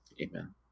amen